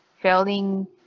failing